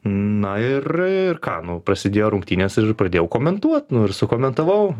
na ir ir ką nu prasidėjo rungtynės ir pradėjau komentuot nu ir sukomentavau